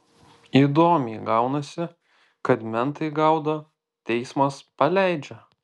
įdomiai gaunasi kad mentai gaudo teismas paleidžia